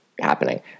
happening